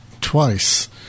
Twice